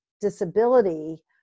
disability